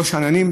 ולא שאננים.